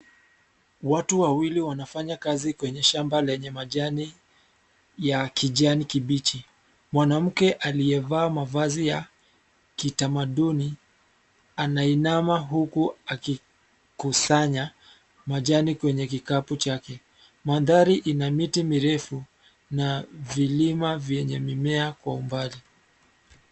Watu wawili wanafanya kazi kwenye shamba lenye majani ya kijani kibichi. Mwanamke aliyevaa mavazi ya kitamaduni, anainama huku akikusanya majani kwenye kikapu chake. Mandhari ina miti mirefu na vilima vyenye mimea kwa umbali.